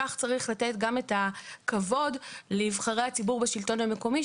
כך צריך לתת גם את הכבוד לנבחרי הציבור בשלטון המקומי,